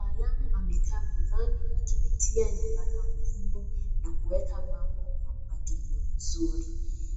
Mtaalamu amekaa mezani akipitia nyaraka muhimu na kuweka mambo kwa mpangilio mzuri.